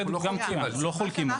זה צוין בדוח, אנחנו לא חולקים על זה.